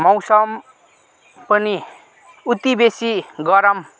मौसम पनि उति बेसी गरम